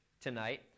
tonight